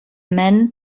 men